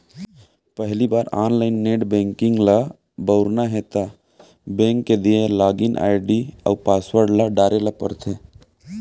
पहिली बार online net banking ल बउरना हे त बेंक के दिये लॉगिन आईडी अउ पासवर्ड ल डारे ल परथे